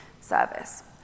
service